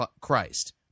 Christ